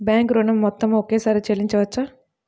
Bank ఋణం మొత్తము ఒకేసారి చెల్లించవచ్చా?